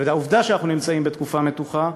העובדה שאנחנו נמצאים בתקופה מתוחה,